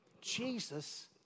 Jesus